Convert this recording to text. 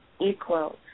equals